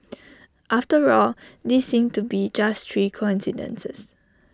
after all these seem to be just three coincidences